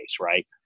right